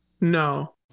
No